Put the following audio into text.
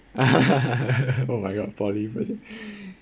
oh my god poly project